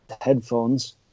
headphones